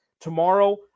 Tomorrow